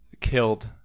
killed